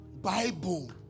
Bible